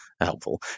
helpful